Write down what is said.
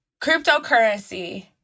cryptocurrency